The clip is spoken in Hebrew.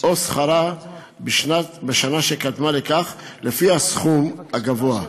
או שכרה בשנה שקדמה לכך, לפי הסכום הגבוה.